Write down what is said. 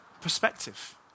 perspective